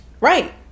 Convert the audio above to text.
Right